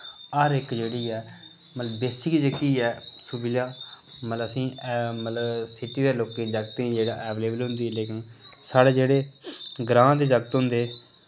हर इक जेह्ड़ी ऐ मतलल बेसिक जेह्की ऐ सुविधा मतलब असें मतलब सिटी दे लौह्के जागतें अवेलेबल होंदी ऐ लेकिन साढ़े जेह्ड़े ग्रां दे जागत होंदे